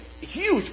huge